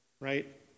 right